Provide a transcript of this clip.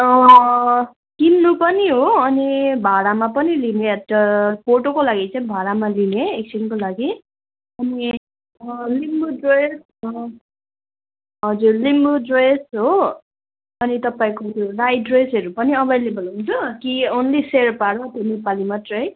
किन्नु पनि हो अनि भाडामा पनि लिने फोटोको लागि चाहिँ भाडामा लिने एकछिनको लागि अनि लिम्बू ड्रेस हजुर लिम्बू ड्रेस अनि तपाईँको राई ड्रेसहरू पनि अभाइलेबल हुन्छ कि ओन्ली शेर्पा र त्यो नेपाली मात्रै